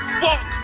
fuck